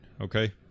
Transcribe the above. okay